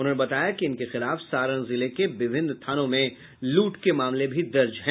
उन्होंने बताया कि इनके खिलाफ सारण जिले के विभिन्न थानों में लूट के मामले भी दर्ज हैं